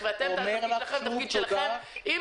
לילך,